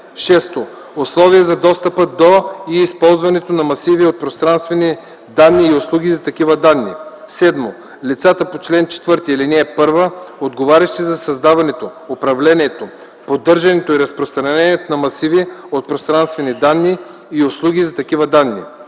6. условия за достъпа до и ползването на масиви от пространствени данни и услуги за такива данни; 7. лицата по чл. 4, ал. 1, отговарящи за създаването, управлението, поддържането и разпространението на масиви от пространствени данни и услуги за такива данни.